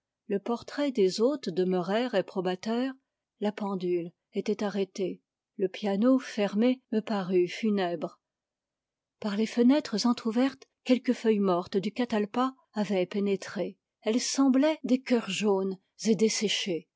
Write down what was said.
le portrait des hôtes demeurait réprobateur la pendule était arrêtée le piano fermé me parut funèbre par les fenêtres entr'ouvertes quelques feuilles mortes du catalpa avaient pénétré elles semblaient des cœurs jaunes et desséchés